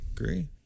Agree